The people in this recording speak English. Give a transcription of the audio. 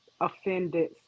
offended